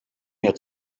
mir